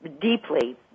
deeply